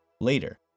later